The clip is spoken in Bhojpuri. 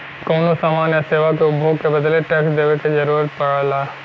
कउनो समान या सेवा के उपभोग के बदले टैक्स देवे क जरुरत पड़ला